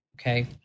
okay